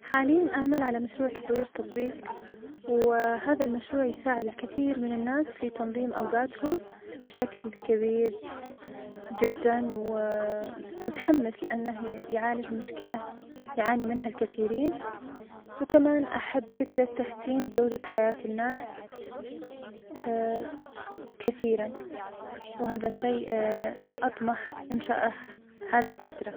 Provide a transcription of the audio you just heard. حالياً أعمل على مشروع تطوير تطبيق, وهذا المشروع يساعد الكثير من الناس في تنظيم أوقاتهم بشكل كبير جداً, ومتحمس لأنه يعالج مشكلة يعاني منها الكثيرين, وكمان أحب فكرة تحسين جودة حياة الناس كثيراً, وهذا شئ أطمح أنشأه هذي الفترة.